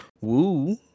Woo